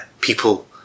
people